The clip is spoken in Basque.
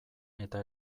eta